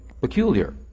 peculiar